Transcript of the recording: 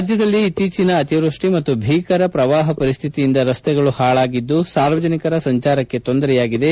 ರಾಜ್ಯದಲ್ಲಿ ಇತ್ತೀಚಿನ ಅತಿವೃಷ್ಟಿ ಮತ್ತು ಭೀಕರ ಪ್ರವಾಹ ಪರಿಸ್ಥಿತಿಯಿಂದ ರಸ್ತೆಗಳು ಹಾಳಾಗಿದ್ದು ಸಾರ್ವಜನಿಕರ ಸಂಚಾರಕ್ಕೆ ತೊಂದರೆಯಾಗಿದೆ